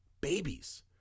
babies